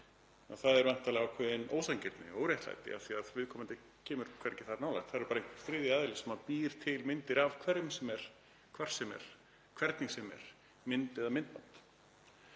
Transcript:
Það er væntanlega ákveðin ósanngirni og óréttlæti af því að viðkomandi kemur hvergi þar nálægt. Þar er bara einhver þriðji aðili sem býr til myndir af hverjum sem er, hvar sem er, hvernig sem er, mynd eða myndband.